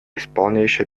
исполняющий